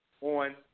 on